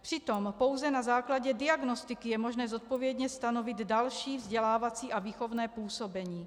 Přitom pouze na základě diagnostiky je možné zodpovědně stanovit další vzdělávací a výchovné působení.